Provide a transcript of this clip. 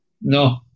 No